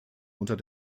unter